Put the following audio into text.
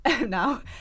now